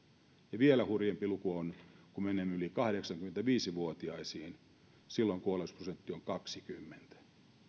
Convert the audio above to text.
ja vielä hurjempi luku on kun menemme yli kahdeksankymmentäviisi vuotiaisiin silloin kuolleisuusprosentti on kaksikymmentä